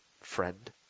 friend